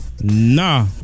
Nah